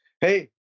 hey